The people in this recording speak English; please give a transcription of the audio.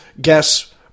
guess